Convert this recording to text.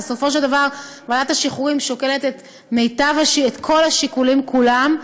בסופו של דבר ועדת השחרורים שוקלת את כל השיקולים כולם,